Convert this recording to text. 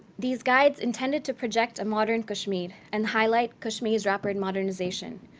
these guides intended to project a modern kashmir, and highlight kashmir's rapid modernization.